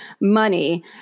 Money